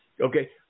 Okay